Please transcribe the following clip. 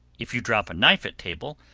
if you drop a knife at table,